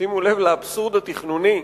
שימו לב לאבסורד התכנוני,